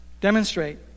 Demonstrate